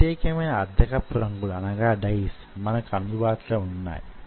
నేను 50 వరకు వెళ్ళవచ్చు 20 వరకు వెళ్ళవచ్చు